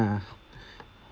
ah